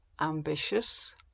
ambitious